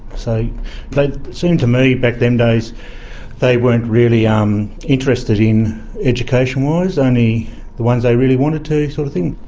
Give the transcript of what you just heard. so but seemed to me back them days they weren't really um interested in education wise, only the ones they really wanted to, sort of thing.